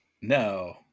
No